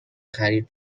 خرید